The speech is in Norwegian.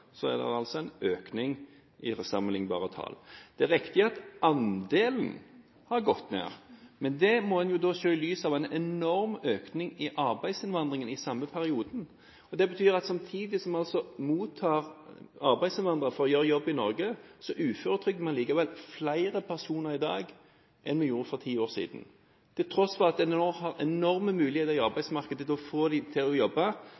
er det altså en økning i sammenlignbare tall. Det er riktig at andelen har gått ned, men det må en se i lys av en enorm økning i arbeidsinnvandringen i samme perioden. Det betyr at samtidig som vi mottar arbeidsinnvandrere for å gjøre jobber i Norge, så uføretrygder man allikevel flere personer i dag enn vi gjorde for ti år siden. Til tross for at man nå har enorme muligheter i arbeidsmarkedet for å få dem til å jobbe,